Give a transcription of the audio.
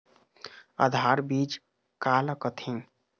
आधार बीज का ला कथें?